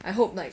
I hope like